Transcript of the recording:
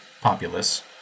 populace